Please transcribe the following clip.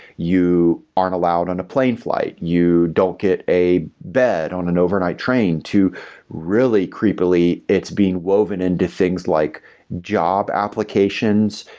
you aren't allowed on a plane flight, you don't get a bed on an overnight train, to really creepily it's being woven into things like job applications,